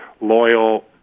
loyal